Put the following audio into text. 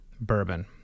bourbon